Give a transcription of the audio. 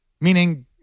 Meaning